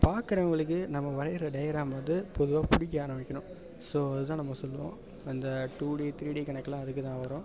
பார்க்கறவங்களுக்கு நம்ம வரைகிற டயக்ராம் வந்து பொதுவாக பிடிக்க ஆரம்பிக்கணும் ஸோ அது தான் நம்ம சொல்வோம் அந்த டூ டி த்ரீ டி கணக்கெல்லாம் அதுக்கு தான் வரும்